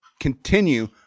continue